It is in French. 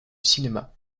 cinéma